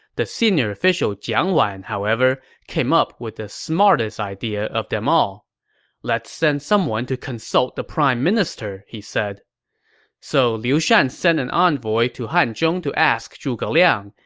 the senior official jiang wan, however, came up with the smartest idea of them all let's send someone to consult the prime minister, he said so liu shan send an envoy to hanzhong to ask zhuge liang.